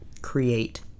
create